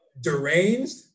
deranged